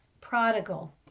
prodigal